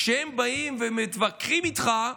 כשהם באים ומתווכחים איתך,